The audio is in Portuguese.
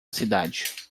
cidade